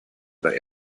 oder